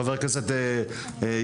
חבר הכנסת יוראי,